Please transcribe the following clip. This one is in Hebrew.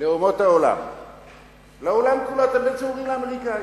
לעולם כולו, אתם בעצם אומרים לאמריקנים: